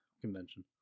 convention